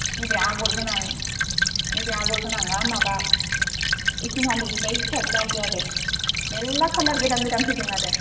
नैबे आगर गोनां नैबे आगर गोनांआ माबा ऐटिन हानड्रेड निफ्राय स्टार्ट जायो आरो मेल्ला कालार गोदान गोदान फैदों आरो